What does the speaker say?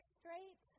straight